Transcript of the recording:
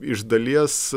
iš dalies